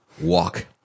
walk